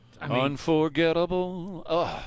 Unforgettable